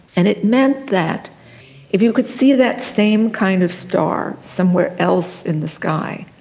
and it meant that if you could see that same kind of star somewhere else in the sky,